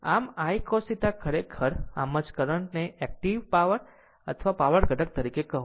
આમ આ I cos θ ખરેખર આમ જ કરંટ ને એક્ટીવ અથવા પાવર ઘટક તરીકે કહો